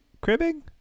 cribbing